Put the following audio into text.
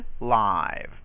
live